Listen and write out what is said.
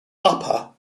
upper